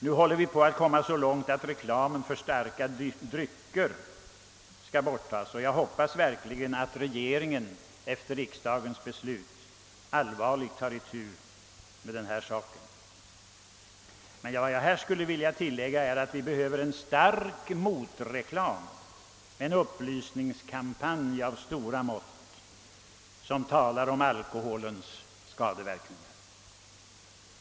Nu håller vi på att komma så långt att reklamen för starka drycker skall tas bort, och jag hoppas att regeringen efter riksdagens beslut på allvar tar itu med den här saken. Vad jag skulle vilja tillägga är att vi behöver en stark motreklam, en upplysningskampanj av stora mått som talar om alkoholens skadeverkningar.